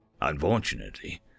Unfortunately